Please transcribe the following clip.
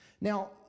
Now